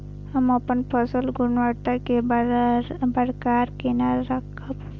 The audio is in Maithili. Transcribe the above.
हम अपन फसल गुणवत्ता केना बरकरार केना राखब?